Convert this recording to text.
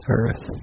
earth